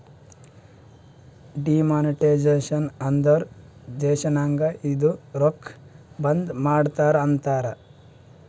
demonetisation ಅಂದುರ್ ದೇಶನಾಗ್ ಇದ್ದಿದು ರೊಕ್ಕಾ ಬಂದ್ ಮಾಡದ್ದುಕ್ ಅಂತಾರ್